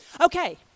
Okay